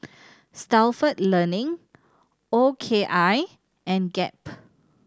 Stalford Learning O K I and Gap